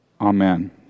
Amen